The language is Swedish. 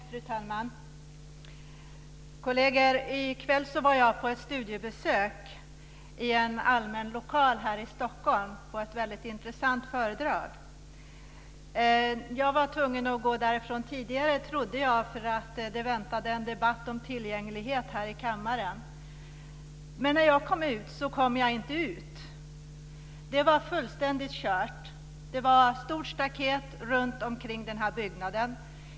Fru talman! Kolleger! I kväll var jag på ett studiebesök i en allmän lokal här i Stockholm. Jag hörde på ett väldigt intressant föredrag. Jag var tvungen att gå därifrån tidigare, trodde jag, för det väntade en debatt om tillgänglighet här i kammaren. Men när jag skulle gå kom jag inte ut. Det var fullständigt kört. Det var ett stort staket runt den här byggnaden.